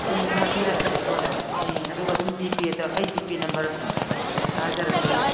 ꯎꯝ ꯊꯥꯕꯤꯔꯛꯑꯒꯦ ꯍꯣꯏ ꯍꯣꯏ ꯎꯝ ꯑꯗꯨꯒ ꯑꯗꯨꯝ ꯖꯤꯄꯦꯗ ꯑꯩ ꯖꯤꯄꯦ ꯅꯝꯕꯔ ꯊꯥꯖꯔꯛꯀꯦ